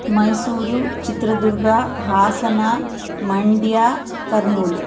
Mysuru Chitradurga Hassan Mandya Kurnool